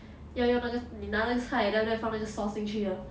要用那个你拿那个菜 then after that 放那个 sauce 进去 lor